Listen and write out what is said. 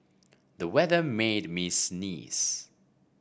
the weather made me sneeze